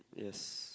yes